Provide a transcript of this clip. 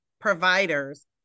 providers